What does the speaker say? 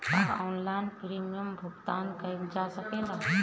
का online premium भुगतान कईल जा सकेला?